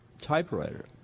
typewriter